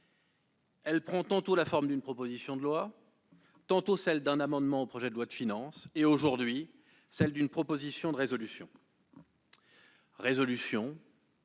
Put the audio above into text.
Elle prend tantôt la forme d'une proposition de loi, tantôt celle d'un amendement au projet de loi de finances, et, aujourd'hui, celle d'une proposition de résolution.